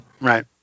right